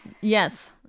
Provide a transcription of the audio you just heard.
yes